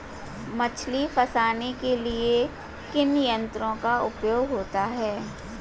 मछली फंसाने के लिए किन यंत्रों का उपयोग होता है?